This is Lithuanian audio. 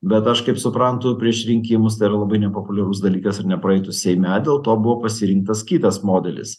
bet aš kaip suprantu prieš rinkimus tai yra labai nepopuliarus dalykas ir nepraeitų seime dėl to buvo pasirinktas kitas modelis